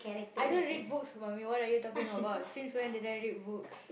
I don't read books mummy what are you talking about since when did I read books